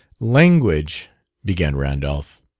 language began randolph.